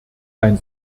ein